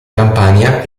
campania